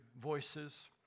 voices